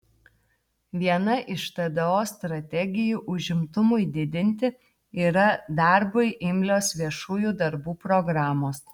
viena iš tdo strategijų užimtumui didinti yra darbui imlios viešųjų darbų programos